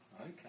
Okay